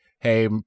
hey